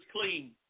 clean